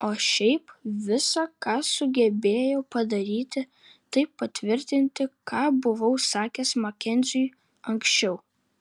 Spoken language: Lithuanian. o šiaip visa ką sugebėjau padaryti tai patvirtinti ką buvau sakęs makenziui anksčiau